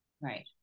Right